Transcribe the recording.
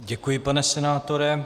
Děkuji, pane senátore.